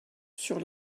sur